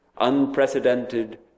unprecedented